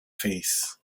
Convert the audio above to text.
face